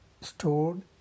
stored